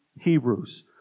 Hebrews